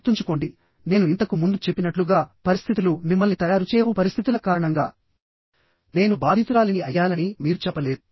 గుర్తుంచుకోండినేను ఇంతకు ముందు చెప్పినట్లుగాపరిస్థితులు మిమ్మల్ని తయారు చేయవు పరిస్థితుల కారణంగా నేను బాధితురాలిని అయ్యానని మీరు చెప్పలేరు